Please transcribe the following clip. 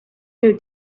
new